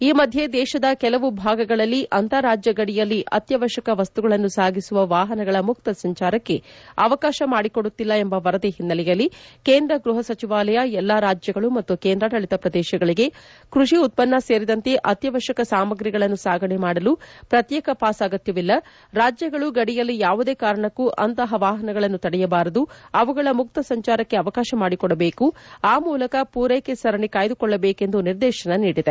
ಈ ಮಧ್ಯೆ ದೇಶದ ಕೆಲವು ಭಾಗಗಳಲ್ಲಿ ಅಂತಾರಾಜ್ಯ ಗಡಿಯಲ್ಲಿ ಅತ್ಯವಶ್ಯಕ ವಸ್ತುಗಳನ್ನು ಸಾಗಿಸುವ ವಾಹನಗಳ ಮುಕ್ತ ಸಂಚಾರಕ್ಕೆ ಅವಕಾಶ ಮಾದಿಕೊಡುತ್ತಿಲ್ಲ ಎಂಬ ವರದಿಗಳ ಹಿನ್ನೆಲೆಯಲ್ಲಿ ಕೇಂದ್ರ ಗ್ಬಹ ಸಚಿವಾಲಯ ಎಲ್ಲ ರಾಜ್ಯಗಳು ಮತ್ತು ಕೇಂದ್ರಾಡಳಿತ ಪ್ರದೇಶಗಳಿಗೆ ಕ್ಪಡಿ ಉತ್ಪನ್ನ ಸೇರಿದಂತೆ ಅತ್ಯವಶ್ಯಕ ಸಾಮಾಗಿಗಳನ್ನು ಸಾಗಣೆ ಮಾಡಲು ಪ್ರತ್ಯೇಕ ಪಾಸ್ ಅಗತ್ಯವಿಲ್ಲ ರಾಜ್ಯಗಳು ಗಡಿಯಲ್ಲಿ ಯಾವುದೇ ಕಾರಣಕ್ಕೂ ಅಂತಹ ವಾಹನಗಳನ್ನು ತಡೆಯಬಾರದು ಅವುಗಳ ಮುಕ್ತ ಸಂಚಾರಕ್ಕೆ ಅವಕಾಶ ಮಾದಿಕೊದಿಬೇಕು ಆ ಮೂಲಕ ಪೂರ್ವೆಕೆ ಸರಣಿ ಕಾಯ್ಗುಕೊಳ್ಳಬೇಕು ಎಂದು ನಿರ್ದೇಶನ ನೀದಿದೆ